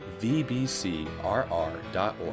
vbcrr.org